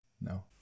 No